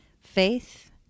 faith